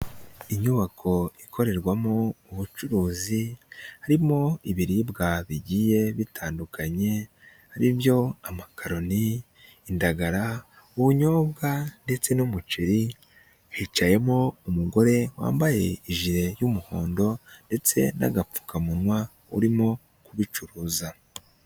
Inyubako ikorerwamo ubucuruzi harimo ibiribwa bigiye bitandukanye aribyo amakaroni, indagara, ubunyobwa ndetse n'umuceri, hicayemo umugore wambaye ijire y'umuhondo ndetse n'agapfukamunwa urimo kubicuruza.